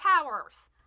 powers